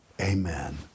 amen